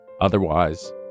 Otherwise